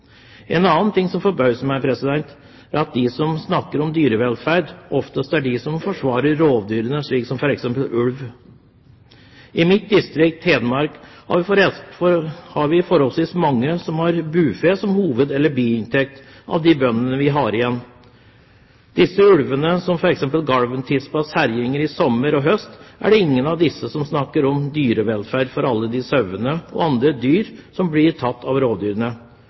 En annen ting som forbauser meg, er at de som snakker om dyrevelferd, oftest er de som forsvarer rovdyr, som f.eks. ulv. I mitt distrikt, Hedmark, er det forholdsvis mange av de bøndene vi har igjen, som har bufe som hoved- eller biinntekt. Det er, f.eks. etter Galven-tispas herjinger i sommer og høst, ingen av disse som snakker om dyrevelferden til alle de sauene og andre dyr som blir tatt av rovdyrene.